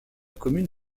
commune